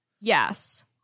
Yes